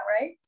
right